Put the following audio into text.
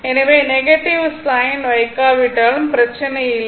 எனவே negative sign வைக்காவிட்டாலும் பிரச்சினை இல்லை